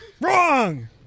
Wrong